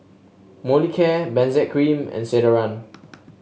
Molicare Benzac Cream and Ceradan